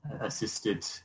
assisted